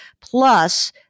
Plus-